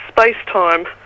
space-time